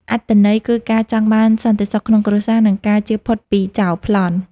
អត្ថន័យគឺការចង់បានសន្តិសុខក្នុងគ្រួសារ និងការជៀសផុតពីចោរប្លន់។